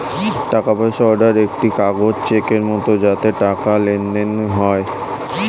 টাকা পয়সা অর্ডার একটি কাগজ চেকের মত যাতে টাকার লেনদেন হয়